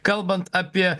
kalbant apie